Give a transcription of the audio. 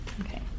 Okay